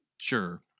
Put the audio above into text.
Sure